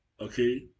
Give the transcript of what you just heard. Okay